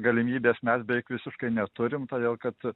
galimybės mes beveik visiškai neturim todėl kad